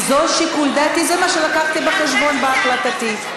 כי זה שיקול דעתי, זה מה שהבאתי בחשבון בהחלטתי.